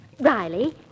Riley